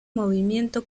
movimiento